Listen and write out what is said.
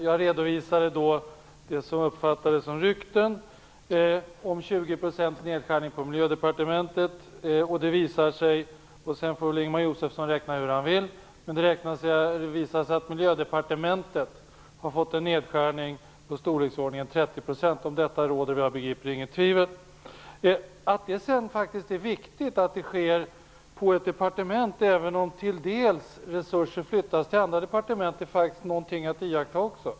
Jag redovisade då det som uppfattades som rykten om 20 % nedskärning på Miljödepartementet. Det visar sig - sedan får Ingemar Josefsson räkna hur han vill - att Miljödepartementet har fått en nedskärning i storleksordningen 30 %. Såvitt jag begriper råder det inget tvivel om det. Det är viktigt att iaktta att detta är någonting som sker på ett departement, även om resurser till dels flyttas till andra departement.